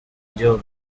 gihugu